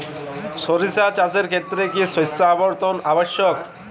সরিষা চাষের ক্ষেত্রে কি শস্য আবর্তন আবশ্যক?